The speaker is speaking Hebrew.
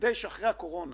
כדי שאחרי הקורונה